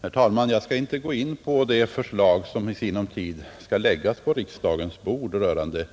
Herr talman! Jag skall inte gå in på den proposition som i sinom tid läggs på riksdagens bord med anledning